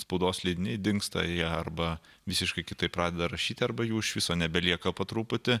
spaudos leidiniai dingsta jie arba visiškai kitaip pradeda rašyti arba jų iš viso nebelieka po truputį